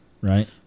Right